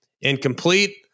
incomplete